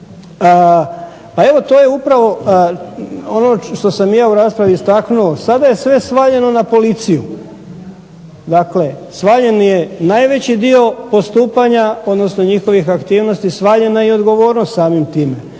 Pa evo to je upravo ono što sam i ja u raspravi istaknuo, sada je sve svaljeno na policiju, dakle svaljen je najveći dio postupanja, odnosno njihovih aktivnosti, svaljena je i odgovornost samim time,